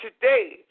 today